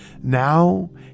Now